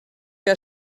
que